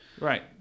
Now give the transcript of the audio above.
Right